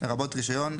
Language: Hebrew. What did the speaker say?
לרבות רישיון,